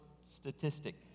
statistic